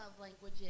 language